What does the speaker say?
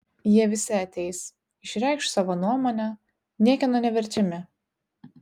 jie visi ateis išreikš savo nuomonę niekieno neverčiami